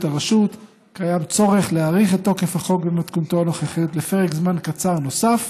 הרשות יש צורך להאריך את תוקף החוק במתכונתו הנוכחית לפרק זמן קצר נוסף,